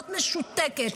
להיות משותקת.